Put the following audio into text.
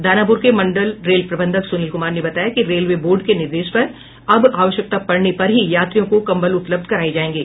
दानापुर के मंडल रेल प्रबंधक सुनील कुमार ने बताया कि रेलवे बोर्ड के निर्देश पर अब आवश्यकता पड़ने पर ही यात्रियों को कम्बल उपलब्ध कराए जाएंगे